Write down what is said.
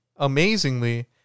amazingly